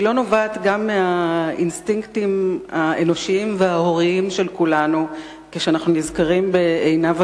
ולא מהאינסטינקטים האנושיים וההוריים של כולנו כשאנחנו נזכרים בעיניו